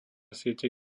siete